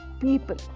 people